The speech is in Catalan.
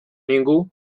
ningú